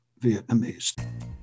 Vietnamese